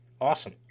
Awesome